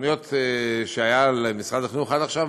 בתוכניות שהיו למשרד החינוך עד עכשיו